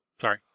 Sorry